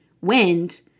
Wind